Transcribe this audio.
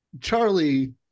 Charlie